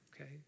okay